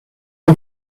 ans